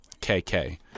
KK